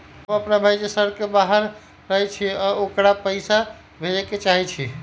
हमर अपन भाई जे शहर के बाहर रहई अ ओकरा पइसा भेजे के चाहई छी